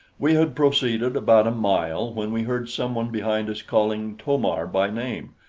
we had proceeded about a mile when we heard some one behind us calling to-mar by name,